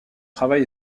travail